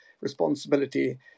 responsibility